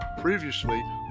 previously